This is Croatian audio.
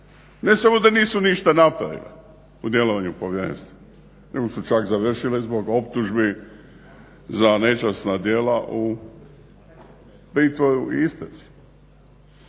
Ne samo da nisu ništa napravile u djelovanju povjerenstva nego su čak završile za optužbe za nečasna djela u pritvoru i istrazi.